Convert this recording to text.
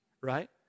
Right